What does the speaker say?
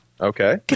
Okay